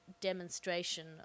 demonstration